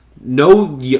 No